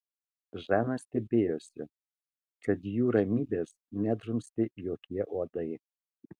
žana stebėjosi kad jų ramybės nedrumstė jokie uodai